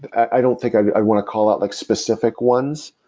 i don't think i want to call out like specific ones,